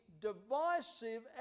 divisive